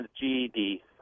GED